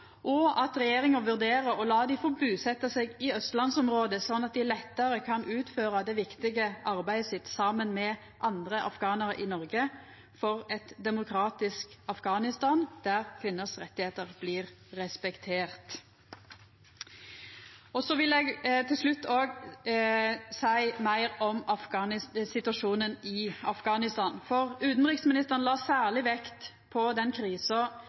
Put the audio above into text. og at regjeringa vurderer å la dei få busetja seg i austlandsområdet, slik at dei lettare kan utføra det viktige arbeidet sitt saman med andre afghanarar i Noreg – for eit demokratisk Afghanistan der kvinners rettar blir respekterte. Til slutt vil eg seia meir om situasjonen i Afghanistan, for utanriksministeren la særleg vekt på den krisa